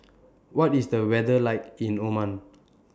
What IS The weather like in Oman